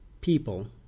people